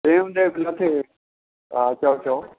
तंहिं हूंदे बि न थिए हा चयो चयो